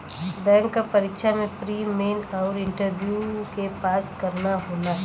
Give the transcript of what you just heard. bank क परीक्षा में प्री, मेन आउर इंटरव्यू के पास करना होला